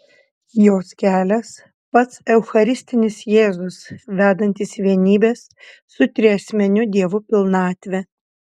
jos kelias pats eucharistinis jėzus vedantis į vienybės su triasmeniu dievu pilnatvę